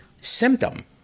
symptom